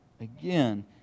again